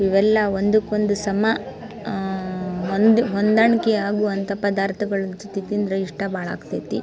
ಇವೆಲ್ಲ ಒಂದಕ್ಕೊಂದ್ ಸಮ ಹೊಂದು ಹೊಂದಾಣಿಕೆ ಆಗುವಂಥ ಪದಾರ್ಥಗಳ ಜೊತೆ ತಿಂದ್ರೆ ಇಷ್ಟ ಭಾಳಾಗ್ತೆತಿ